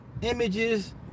images